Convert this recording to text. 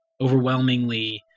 overwhelmingly